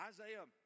Isaiah